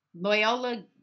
Loyola